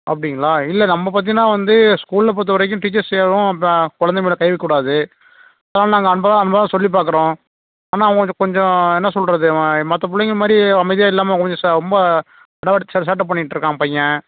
அப்படிங்களா இல்லை நம்ம பார்த்தீங்கன்னா வந்து ஸ்கூலில் பொறுத்த வரைக்கும் டீச்சர்ஸ் யாரும் இப்போ கொழந்தை மேலே கை வைக்ககூடாது நாங்கள் அன்பாக தான் அன்பாக தான் சொல்லி பாக்கிறோம் ஆனால் அவன் கொஞ்சம் என்ன சொல்கிறது அவன் மற்ற பிள்ளைங்க மாதிரி அவன் அமைதியாக இல்லாமல் அவன் கொஞ்சம் ரொம்ப அடாவடி சேட்டை பண்ணிட்டுருக்கான் பையன்